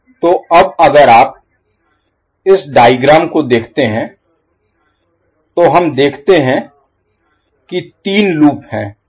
तो अब अगर आप इस डायग्राम को देखते हैं तो हम देखते हैं कि तीन लूप हैं